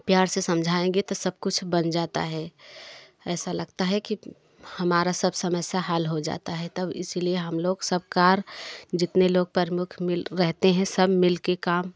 प्यार से समझाएँगे तो सब कुछ बन जाता है ऐसा लगता है कि हमारा सब समस्या हल हो जाता है तब इसलिए हम लोग सब कार्य जितने लोग प्रमुख मिल रहते हैं सब मिलके काम करते हैं